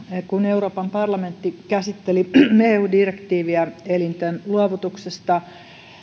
kun euroopan parlamentti käsitteli eu direktiiviä elinten luovutuksesta